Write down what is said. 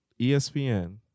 ESPN